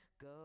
go